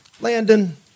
Landon